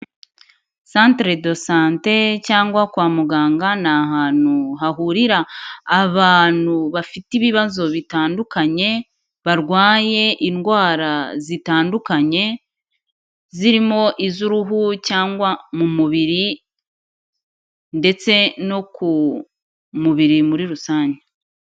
Centre De Sante cyangwa kwa muganga ni ahantu hahurira abantu bafite ibibazo bitandukanye, barwaye indwara zitandukanye, zirimo iz'uruhu cyangwa mu mubiri ndetse no ku mubiri muri rusange.